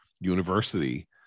University